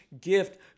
gift